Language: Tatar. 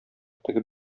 тегеп